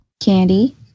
candy